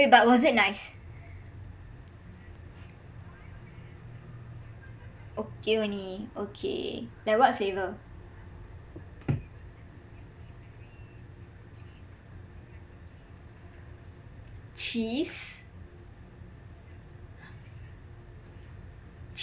but was it nice okay only okay like what flavour cheese